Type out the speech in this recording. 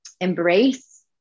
embrace